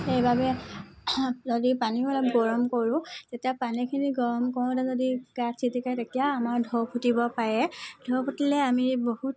সেইবাবে যদি পানীও অলপ গৰম কৰোঁ তেতিয়া পানীখিনি গৰম কৰোঁতে যদি গাত ছিটিকে তেতিয়া আমাৰ ঢৌ ফুতিব পাৰে ঢৌ ফুটিলে আমি বহুত